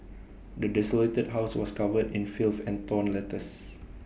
the desolated house was covered in filth and torn letters